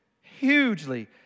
hugely